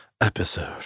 episode